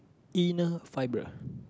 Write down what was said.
inner fiber